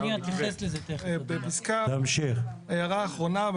הערה אחרונה.